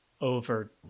over